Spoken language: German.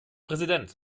präsident